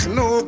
no